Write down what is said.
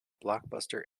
blockbuster